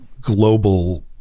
global